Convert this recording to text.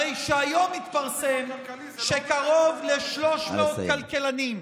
הרי שהיום התפרסם שקרוב ל-300 כלכלנים,